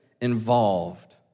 involved